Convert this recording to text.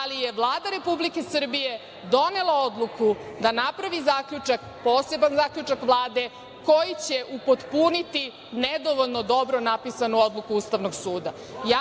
ali je Vlada Republike Srbije donela odluku da napravi zaključak, poseban zaključak Vlade, koji će upotpuniti nedovoljno dobro napisanu odluku Ustavnog suda. Ja